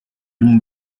une